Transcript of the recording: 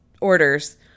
orders